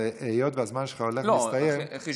חשבון, אבל היות שהזמן שלך הולך להסתיים, לא.